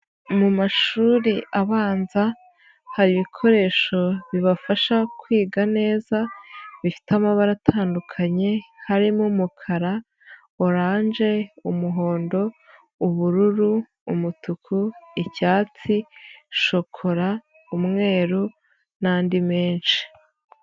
Mu mashuri abanza hari ibikoresho bibafasha kwiga neza bifite amabara atandukanye harimo umukara, oranje, umuhondo, ubururu, umutuku, icyatsi, shokora, umweru n'andi menshi.